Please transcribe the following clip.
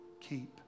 keep